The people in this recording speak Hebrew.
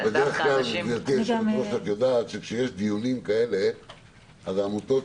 בדרך כלל כשיש דיונים כאלה העמותות